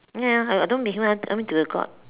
ya I I don't be human lah I mean to the god